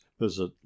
visit